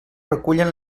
recullen